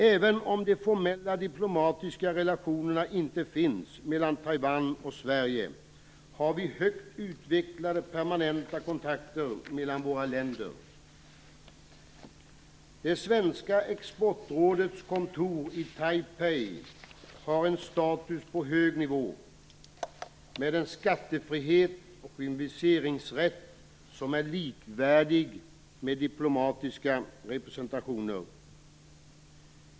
Även om formella diplomatiska relationer inte finns mellan Taiwan och Sverige, har vi högt utvecklade permanenta kontakter mellan våra länder. Det svenska exportrådets kontor i Taipei har en status på hög nivå, med en skattefrihet och en viseringsrätt som är likvärdig med diplomatiska representationers.